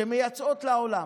שמייצאות לעולם.